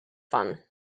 fun